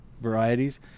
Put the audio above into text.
varieties